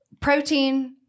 protein